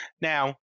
now